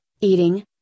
eating